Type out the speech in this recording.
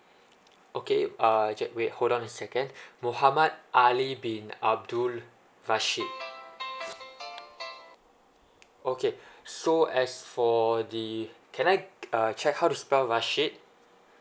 okay err just wait hold on a second muhammad ali bin abdul rashid okay so as for the can I uh check how to spell rashid